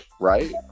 right